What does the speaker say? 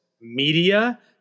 media